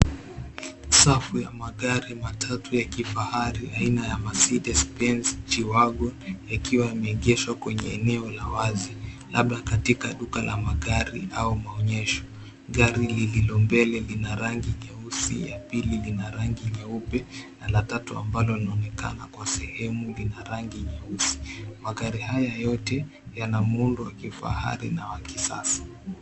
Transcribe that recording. Safu ya magari matatu ya kifahari aina ya Marcedes-Benz, G-wagon, ikiwa imeegeshwa kwenye eneo la wazi labda katika duka la magari au maonyesho. Gari lililo mbele lina rangi nyeusi ya pili lina rangi nyeupe na la tatu ambalo linaonekana kwa sehemu lina rangi nyeusi. Magari hayo yote yana muundo wa kifahari na wa kisasa.